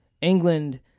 England